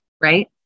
right